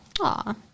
Aw